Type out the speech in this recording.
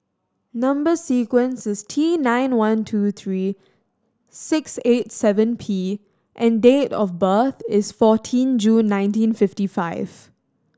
number sequence is T nine one two three six eight seven P and date of birth is fourteen June nineteen fifty five